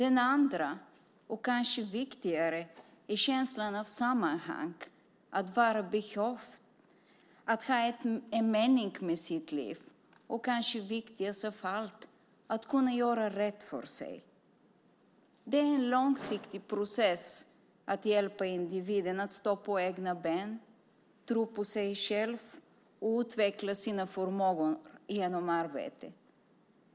En andra och kanske viktigare är känslan av sammanhang, att vara behövd, att ha en mening med sitt liv och kanske viktigast av allt att kunna göra rätt för sig. Det är en långsiktig process att hjälpa individen att stå på egna ben, tro på sig själv och utveckla sina förmågor genom arbete.